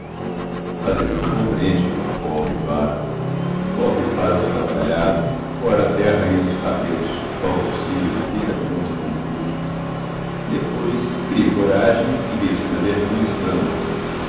padre joão compreende pobre pároco pobre pároco atrapalhado cora até a raiz dos cabelos balbucia fica tonto e confuso depois cria coragem e vencendo a vergonha exclama